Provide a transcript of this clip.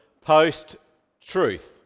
post-truth